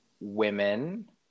women